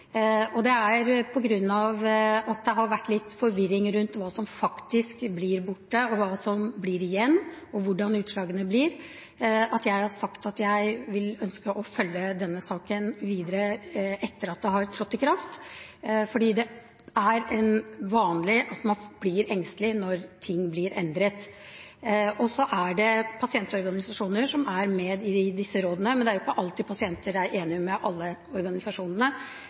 er på grunn av at det har vært litt forvirring rundt hva som faktisk blir borte, hva som blir igjen, og hvordan utslagene blir, jeg har sagt at jeg ønsker å følge denne saken videre etter at endringen har trådt i kraft. Det er vanlig at man blir engstelig når ting blir endret. Det er pasientorganisasjoner med i disse rådene, men det er jo ikke alltid pasienter er enige med alle organisasjonene